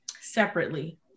separately